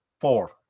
Four